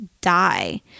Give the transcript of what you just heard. die